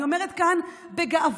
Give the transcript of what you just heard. אני אומרת כאן בגאווה: